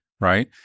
right